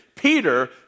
Peter